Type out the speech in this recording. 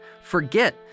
forget